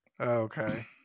Okay